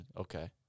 Okay